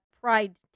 pride